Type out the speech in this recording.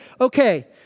okay